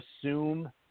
assume